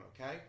okay